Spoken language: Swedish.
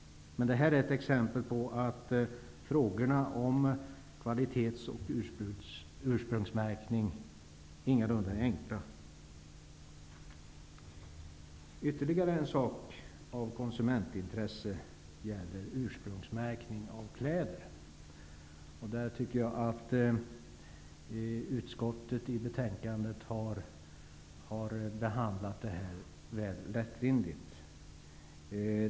Men det är ett exempel på att frågorna om kvalitets och ursprungsmärkning ingalunda är enkla. Ytterligare en sak av konsumentintresse är ursprungsmärkningen av kläder. Detta tycker jag att utskottet i betänkandet har behandlat väl lättvindigt.